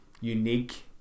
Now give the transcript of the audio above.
unique